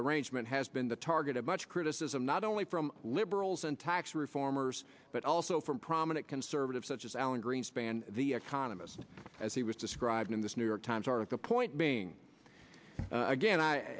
arrangement has been the target of much criticism not only from liberals and tax reformers but also from prominent conservatives such as alan greenspan the economist as he was described in this new york times article point being again